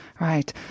Right